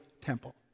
temple